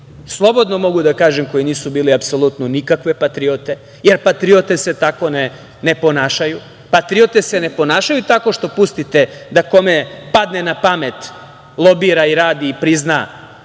Slobodno mogu da kažem koji nisu bili apsolutno nikakve patriote, jer patriote se tako ne ponašaju. Patriote se ne ponašaju tako što pustite da kome padne na pamet lobira i radi i prizna